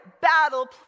battle